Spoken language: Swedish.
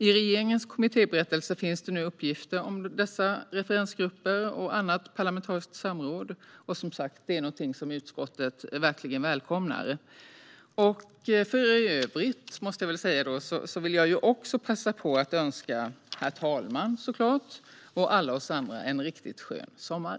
I regeringens kommittéberättelse finns det nu uppgifter om dessa referensgrupper och annat parlamentariskt samråd, och det är som sagt något som utskottet verkligen välkomnar. För övrigt vill jag passa på att önska herr talmannen och alla oss andra en riktigt skön sommar.